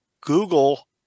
Google